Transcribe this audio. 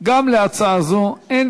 גם להצעה זו אין